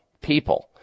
people